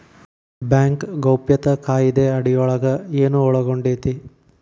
Bank ಗೌಪ್ಯತಾ ಕಾಯಿದೆ ಅಡಿಯೊಳಗ ಏನು ಒಳಗೊಂಡೇತಿ?